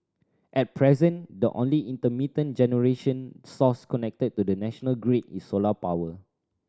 at present the only intermittent generation source connected to the national grid is solar power